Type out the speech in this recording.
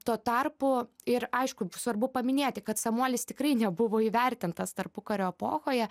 tuo tarpu ir aišku svarbu paminėti kad samuolis tikrai nebuvo įvertintas tarpukario epochoje